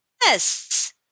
yes